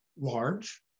large